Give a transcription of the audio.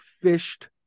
fished